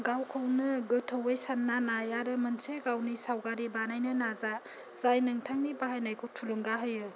गावखौनो गोथौयै सानना नाय आरो मोनसे गावनि सावगारि बानायनो नाजा जाय नोंथांनि बाहायनायखौ थुलुंगा होयो